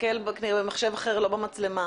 דיווחת לוועדה הזו בדיון על נחל אלכסנדר